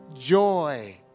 joy